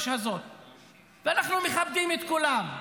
עכשיו תורו.